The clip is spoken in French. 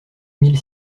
mille